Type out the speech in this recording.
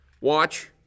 Watch